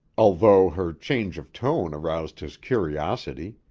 although her change of tone aroused his curiosity.